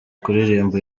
kuririmba